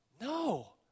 No